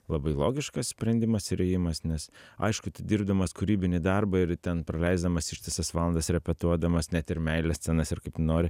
labai logiškas sprendimas ir ėjimas nes aišku dirbdamas kūrybinį darbą ir ten praleisdamas ištisas valandas repetuodamas net ir meilės scenas ir kaip nori